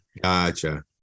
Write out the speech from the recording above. Gotcha